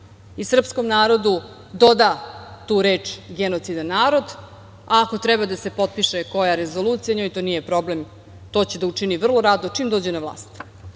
i srpskom narodu doda tu reč genocidan narod. Ako treba da se potpiše koja rezolucija, njoj to nije problem, to će da učini vrlo rado čim dođe na vlast.